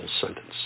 sentence